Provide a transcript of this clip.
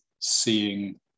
seeing